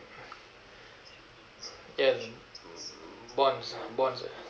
yes but but